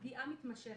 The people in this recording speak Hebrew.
פגיעה מתמשכת.